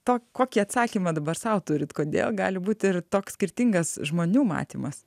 to kokį atsakymą dabar sau turite kodėl gali būti ir toks skirtingas žmonių matymas